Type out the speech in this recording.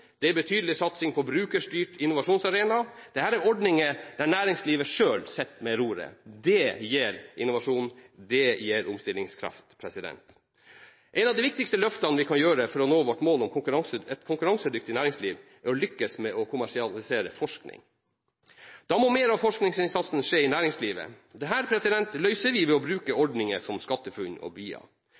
er en betydelig satsing på Brukerstyrt innovasjonsarena, BIA. Dette er ordninger hvor næringslivet selv sitter ved roret. Det gir innovasjon, og det gir omstillingskraft. Et av de viktigste løftene for å nå vårt mål om et konkurransedyktig næringsliv er å lykkes med å kommersialisere forskning. Da må mer av forskningsinnsatsen skje i næringslivet. Dette løser vi ved å bruke ordninger som SkatteFUNN og BIA.